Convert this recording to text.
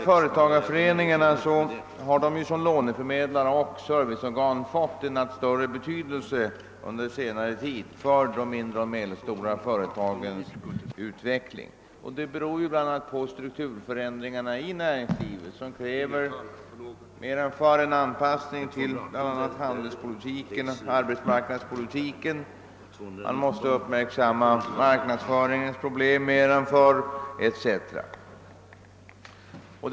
Företagarföreningarna har som låneförmedlare och serviceorgan fått en allt större betydelse under senare tid för de mindre och medelstora företagens utveckling. Det beror bl.a. på strukturförändringarna i samhället, som kräver att man försöker åstadkomma en anpassning till bl.a. handelspolitik och arbetsmarknadspolitik, att man uppmärksammar marknadsföringsproblemen . mer än tidigare, etc.